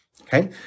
okay